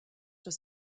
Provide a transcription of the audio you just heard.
das